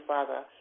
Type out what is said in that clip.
Father